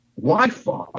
Wi-Fi